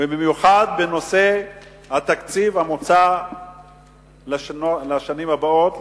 ובמיוחד בנושא התקציב המוצע לשנים הבאות,